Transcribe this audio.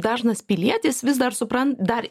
dažnas pilietis vis dar supran dar